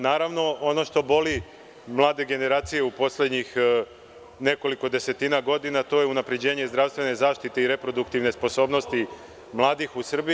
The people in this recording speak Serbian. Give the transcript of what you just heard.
Naravno, ono što boli mlade generacije u poslednjih nekoliko desetina godine, to je unapređenje zdravstvene zaštite i reproduktivne sposobnosti mladih u Srbiji.